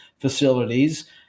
facilities